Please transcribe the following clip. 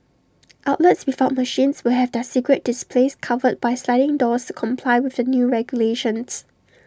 outlets without machines will have their cigarette displays covered by sliding doors comply with the new regulations